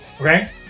Okay